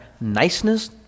niceness